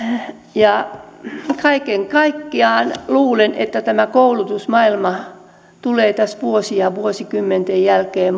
kaiken kaikkiaan luulen että tämä koulutusmaailma tulee tässä vuosien ja vuosikymmenten jälkeen